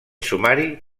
sumari